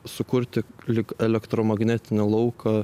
sukurti lyg elektromagnetinį lauką